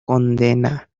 condemna